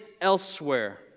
elsewhere